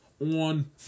on